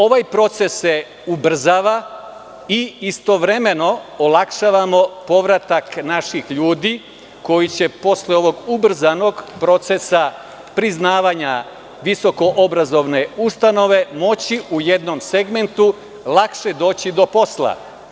Ovaj proces se ubrzava i istovremeno olakšavamo povratak naših ljudi koji će posle ovog ubrzanog procesa priznavanja visokoobrazovne ustanove moći, u jednom segmentu, lakše doći do posla.